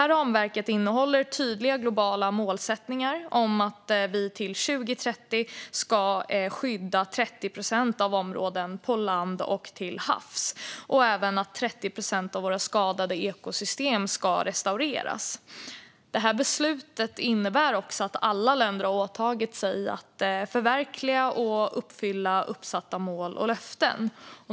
Ramverket innehåller tydliga globala målsättningar om att vi till 2030 ska skydda 30 procent av områden på land och till havs och även att 30 procent av våra skadade ekosystem ska restaureras. Beslutet innebär också att alla länder har åtagit sig att förverkliga och uppfylla uppsatta mål och löften.